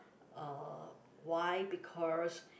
uh why because